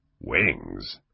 Wings